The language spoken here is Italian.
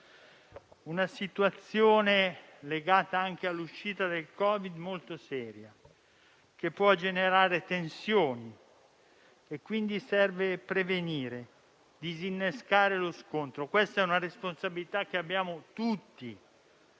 una situazione sociale, legata anche al Covid-19, molto seria, che può generare tensioni. Quindi, serve prevenire, disinnescare lo scontro. Questa è una responsabilità che abbiamo tutti: